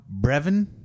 Brevin